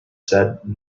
said